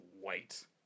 white